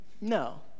No